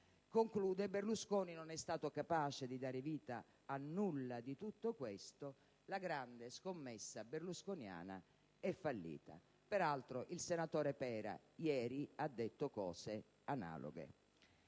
«Berlusconi non è stato capace di dare vita a nulla di tutto questo (...) La grande scommessa berlusconiana è fallita». Peraltro, il senatore Pera ieri ha detto cose analoghe.